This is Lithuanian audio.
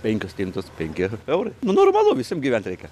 penkios stintos penki eurai nu normalu visiem gyvent reikia